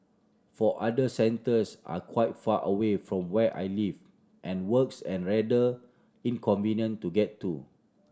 for other centres are quite far away from where I live and works and rather inconvenient to get to